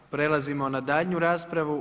Prelazimo na daljnju raspravu.